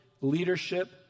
leadership